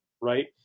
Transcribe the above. right